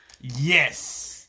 Yes